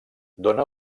dóna